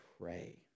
pray